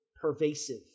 pervasive